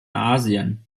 asien